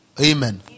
Amen